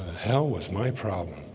hell was my problem